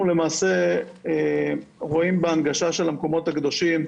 אנחנו למעשה רואים בהנגשה של המקומות הקדושים,